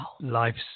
life's